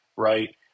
right